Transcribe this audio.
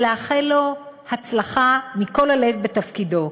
ולאחל לו הצלחה מכל הלב בתפקידו.